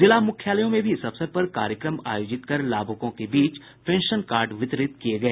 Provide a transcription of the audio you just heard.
जिला मुख्यालयों में भी इस अवसर पर कार्यक्रम आयोजित कर लाभुकों के बीच पेंशन कार्ड वितरित किए गए